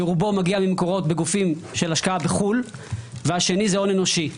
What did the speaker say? שרובו המכריע מגיע ממקורות בגופי השקעה בחו"ל והשני זה הון אנושי.